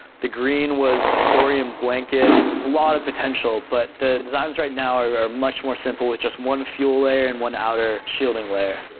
the green was a thorium blanket. there's a lot of potential but the designs right now are much more simple with just one fuel lair and one outer shielding lair.